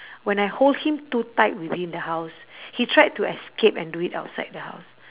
when I hold him too tight within the house he tried to escape and do it outside the house